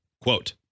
Quote